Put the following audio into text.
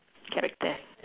character